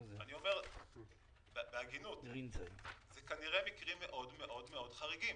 אני אומר בהגינות שכנראה אלה מקרים מאוד מאוד חריגים.